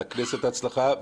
לכנסת הצלחה,